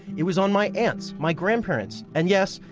it was on my aunt's, my grandparents and yes,